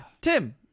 Tim